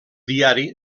diari